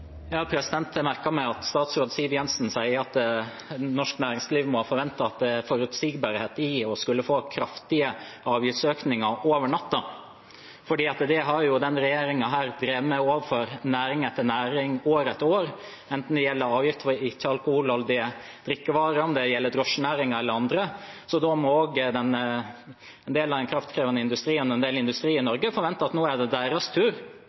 Jeg merker meg at statsråd Siv Jensen sier at norsk næringsliv må ha forventet at forutsigbarhet er å skulle få kraftige avgiftsøkninger over natten, for det er det denne regjeringen har drevet med overfor næring etter næring år etter år, enten det gjelder avgift på ikke-alkoholholdige drikkevarer, drosjenæringen eller annet. Da må også den kraftkrevende industrien og en del annen industri i Norge forvente at det nå er deres tur